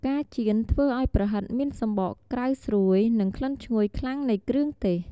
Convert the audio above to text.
ការចៀនធ្វើឱ្យប្រហិតមានសំបកក្រៅស្រួយ និងក្លិនឈ្ងុយខ្លាំងនៃគ្រឿងទេស។